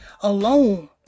alone